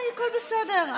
הכול בסדר.